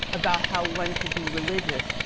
about how one could be religious,